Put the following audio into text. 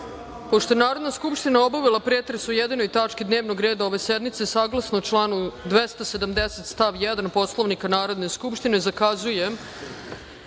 je Narodna skupština obavila pretres o jedinoj tački dnevnog reda ove sednice, saglasno članu 270. stav 1. Poslovnika Narodne skupštine, zakazujem